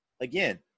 again